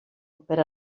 per